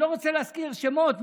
אני לא רוצה להזכיר שמות,